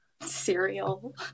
Cereal